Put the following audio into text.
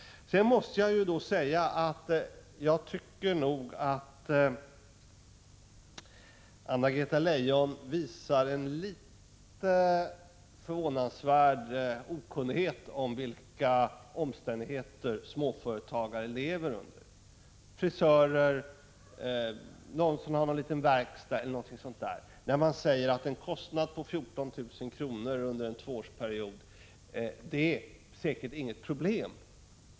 Sedan måste jag säga att jag tycker Anna-Greta Leijon visar en närmast förvånadsvärd okunnighet om under vilka omständigheter småföretagare lever — frisörer, någon som har en liten verkstad eller så — när hon säger att en kostnad på 14 000 kr. under en tvåårsperiod säkert inte är något problem.